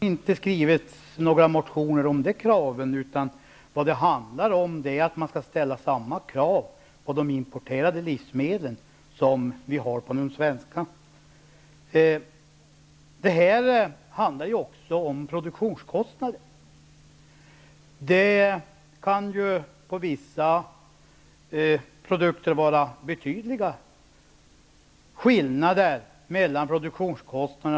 Herr talman! Per Stenmarck åberopar skälen för att vi skall ha mycket strängare regler och bestämmelser för livsmedelsproduktionen i Sverige än vad vi kräver av de importerade livsmedlen. Argumenten blir inte starkare för att man upprepar dem flera gånger. Per Stenmarck säger att det är en konkurrensfördel att vi har strängare bestämmelser och att vi inte behöver ytterligare särregler. Nu var det ju inte tal om några ytterligare särregler. Det har inte skrivits några motioner där det yrkats på detta, utan vad det handlar om är att ställa samma krav på de importerade livsmedlen som vi har på de svenska. Här handlar det ju också om produktionskostnader.